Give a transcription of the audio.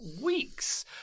weeks